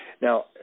Now